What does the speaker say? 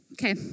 Okay